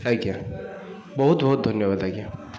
ଆଜ୍ଞା ବହୁତ ବହୁତ ଧନ୍ୟବାଦ ଆଜ୍ଞା